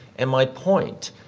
and my point,